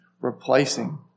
replacing